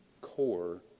core